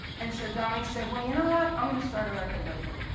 and so donny said, well, you know what? i'm going to start a record label.